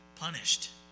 punished